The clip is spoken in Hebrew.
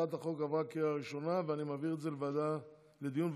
ההצעה להעביר את הצעת חוק איסור פרסום מידע לגבי נפגעים,